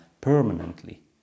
permanently